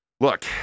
Look